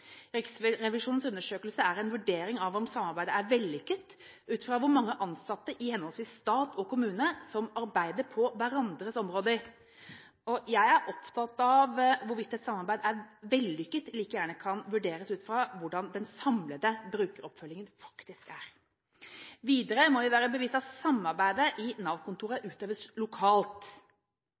undersøkelse er en vurdering av om samarbeidet er vellykket ut fra hvor mange ansatte i henholdsvis stat og kommune som arbeider på hverandres områder. Jeg er opptatt av at spørsmålet om et samarbeid er vellykket eller ikke, like gjerne kan vurderes ut fra hvordan den samlede brukeroppfølgingen faktisk er. Videre må vi være oss bevisst at samarbeidet i Nav-kontoret utøves lokalt.